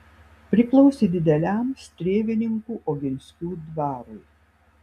priklausė dideliam strėvininkų oginskių dvarui